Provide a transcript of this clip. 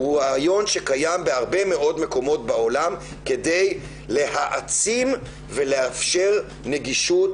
הוא רעיון שקיים בהרבה מקומות בעולם כדי להעצים ולאפשר נגישות